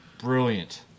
brilliant